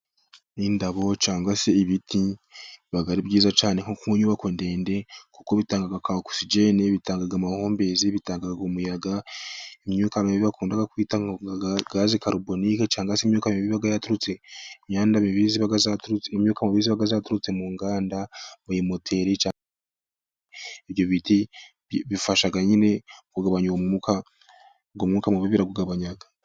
Indabo cyangwa se ibiti bibaga ari byiza cyane nko ku nyubako ndende, kuko bitanga ogisigeni. Bitanga amahumbezi, bitaga umuyaga, imyuka mibi bakundaga kwitanga gazi karubonike, cyangwa se nk'iba yaturutse imidarutse imyuka yaturutse mu nganda, mu bimoteri. Ibyo biti bifasha nyine kugabanya uyu umwuka mubi bira kugabanya.